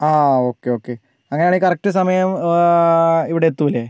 ആ okay okay അങ്ങനെയാണെങ്കിൽ correct സമയം ഇവിടെ എത്തില്ലേ